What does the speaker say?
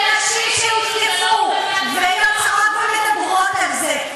נשים שהותקפו יוצאות ומדברות על זה.